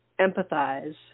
empathize